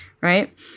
right